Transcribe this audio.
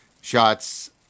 shots